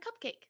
cupcake